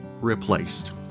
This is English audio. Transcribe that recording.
replaced